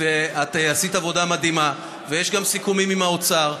ואת עשית עבודה מדהימה ויש גם סיכומים עם האוצר.